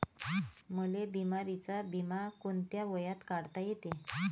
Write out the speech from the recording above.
मले बिमारीचा बिमा कोंत्या वयात काढता येते?